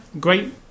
great